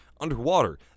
underwater